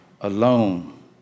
alone